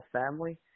family